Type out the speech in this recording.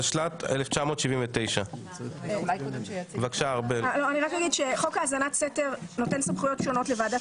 התשל"ט 1979. חוק האזנת סתר נותן סמכויות שונות לוועדת